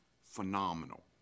phenomenal